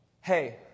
hey